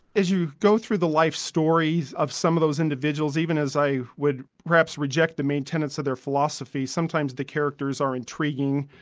as you go through the life stories of some of those individuals, even as i would perhaps reject the main tenets of their philosophy, sometimes the characters are intriguing,